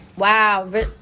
Wow